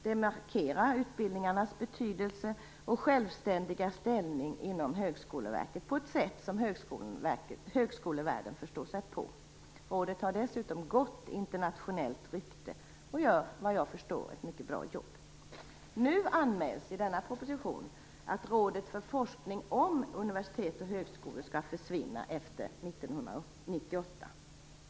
Det markerar utbildningarnas betydelse och självständiga ställning inom Högskoleverket på ett sätt som högskolevärlden förstår sig på. Det har dessutom gott internationellt rykte och gör, såvitt jag förstår, ett mycket bra jobb. Nu anmäls i denna proposition att rådet för forskning om universitet och högskolor skall försvinna efter 1998.